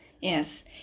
Yes